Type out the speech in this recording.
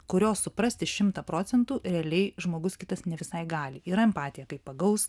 kurio suprasti šimtą procentų realiai žmogus kitas ne visai gali yra empatija taip pagaus